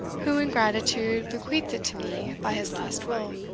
who, in gratitude, bequeathed it to me by his last will.